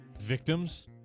Victims